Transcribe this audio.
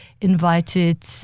invited